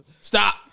Stop